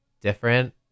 different